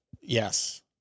yes